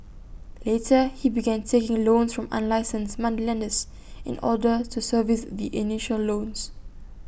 later he began taking loans from unlicensed moneylenders in order to service the initial loans